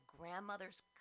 grandmother's